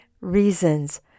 reasons